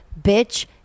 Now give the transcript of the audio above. bitch